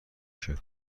کرد